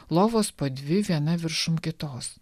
lovos po dvi viena viršum kitos